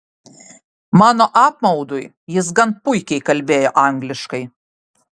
mano apmaudui jis gan puikiai kalbėjo angliškai